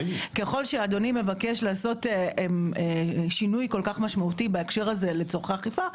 ככל שאדוני מבקש לעשות שינוי כל כך משמעותי בהקשר הזה לצורכי אכיפה,